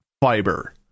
fiber